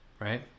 Right